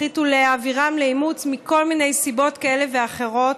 החליטו להעבירם לאימוץ מכל מיני סיבות כאלה ואחרות,